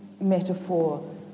metaphor